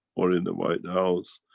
or in the white house,